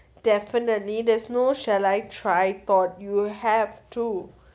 definitely there's no shall I try thought you have to